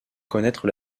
connaître